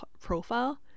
profile